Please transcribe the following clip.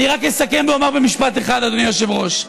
אני רק אסכם ואומר במשפט אחד, אדוני היושב-ראש: